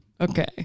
Okay